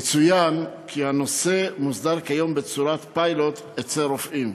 יצוין כי הנושא מוסדר כיום בצורת פיילוט אצל רופאים.